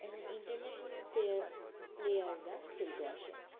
এবং ইন্টারন্যাশনাল প্লেয়া প্লেয়াররা খেলতে আসে